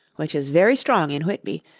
which is very strong in whitby,